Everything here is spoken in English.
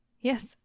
Yes